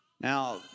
Now